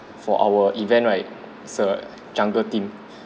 for our event right it's a jungle team